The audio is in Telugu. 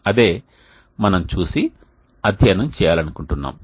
అదే మనం చూసి అధ్యయనం చేయాలనుకుంటున్నాము